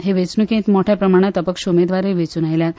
हे वेंचणुकेंत मोट्या प्रमाणांत अपक्ष उमेदवारूच वेंचून आयल्यात